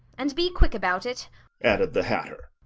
and be quick about it added the hatter,